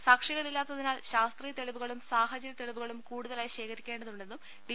സാക്ഷികളില്ലാത്തതിനാൽ ശാസ്ത്രീയതെളിവുകളും സാഹചര്യതെളിവുകളും കൂടുതലായി ശേഖരിക്കേണ്ടതുണ്ടെന്നും ഡി